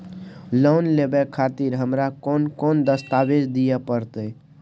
Loan लेवे खातिर हमरा कोन कौन दस्तावेज दिय परतै?